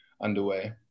underway